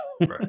right